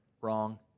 Wrong